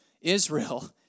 Israel